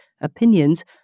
opinions